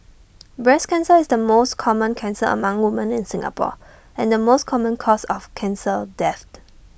breast cancer is the most common cancer among woman in Singapore and the most common cause of cancer death